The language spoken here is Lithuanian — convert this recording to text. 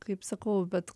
kaip sakau bet